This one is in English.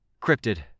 Cryptid